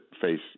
face